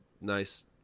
nice